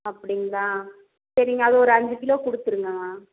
அப்படிங்களா சரிங்க அதை ஒரு அஞ்சு கிலோ கொடுத்துருங்க